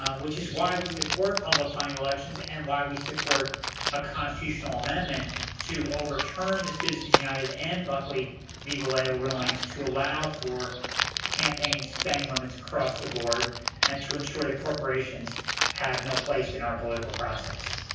ah which is why we support public funding elections and why we support a constitutional amendment to overturn the citizens united and buckley v. valeo rulings to allow for campaign spending limits across the board and to ensure that corporations have no place in our political process.